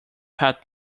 pat